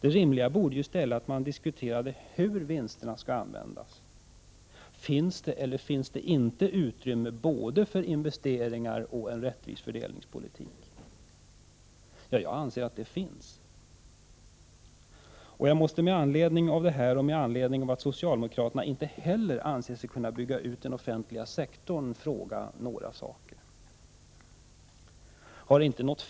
Det rimliga vore i stället att diskutera hur vinsterna skall användas. Finns det eller finns det inte utrymme för både investeringar och en rättvis fördelningspolitik? Jag anser att det finns utrymme för bådadera. Med anledning av detta och med anledning av att socialdemokraternainte heller anser sig kunna bygga ut den offentliga sektorn måste jag ställa några frågor.